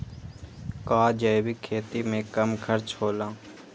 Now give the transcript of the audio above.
का जैविक खेती में कम खर्च होला?